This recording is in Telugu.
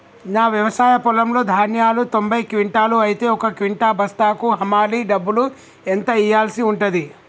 నా వ్యవసాయ పొలంలో ధాన్యాలు తొంభై క్వింటాలు అయితే ఒక క్వింటా బస్తాకు హమాలీ డబ్బులు ఎంత ఇయ్యాల్సి ఉంటది?